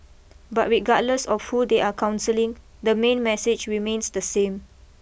but regardless of who they are counselling the main message remains the same